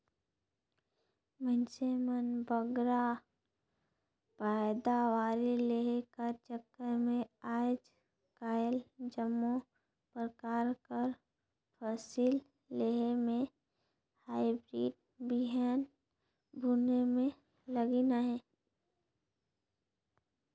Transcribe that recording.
मइनसे मन बगरा पएदावारी लेहे कर चक्कर में आएज काएल जम्मो परकार कर फसिल लेहे में हाईब्रिड बीहन बुने में लगिन अहें